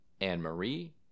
Anne-Marie